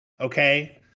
okay